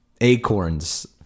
Acorns